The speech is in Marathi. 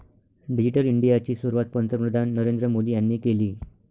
डिजिटल इंडियाची सुरुवात पंतप्रधान नरेंद्र मोदी यांनी केली